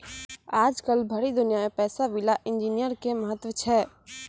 आजकल भरी दुनिया मे पैसा विला इन्जीनियर के महत्व छै